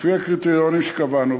לפי הקריטריונים שקבענו,